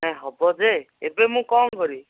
ନାହିଁ ହେବ ଯେ ଏବେ ମୁଁ କ'ଣ କରିବି